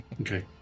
Okay